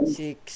six